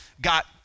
got